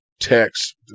text